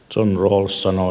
john rawls sanoo